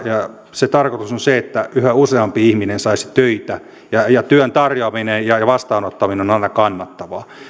se tarkoitus on se että yhä useampi ihminen saisi töitä ja ja työn tarjoaminen ja ja vastaanottaminen olisi aina kannattavaa